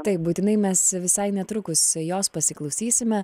taip būtinai mes visai netrukus jos pasiklausysime